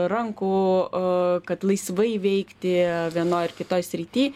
rankų kad laisvai veikti vienoj ar kitoj srity